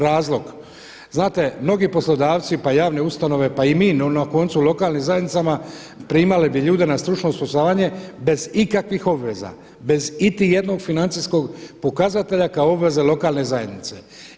Razlog, znate mnogi poslodavci pa i javne ustanove pa i mi na koncu u lokalnim zajednicama primali bi ljude na stručno osposobljavanje bez ikakvih obveza, bez iti jednog financijskog pokazatelja kao obveze lokalne zajednice.